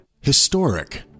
Historic